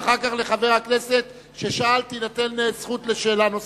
ואחר כך לחבר הכנסת ששאל תינתן זכות לשאלה נוספת.